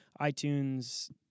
itunes